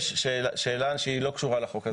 יש שאלה שהיא לא קשורה לחוק הזה.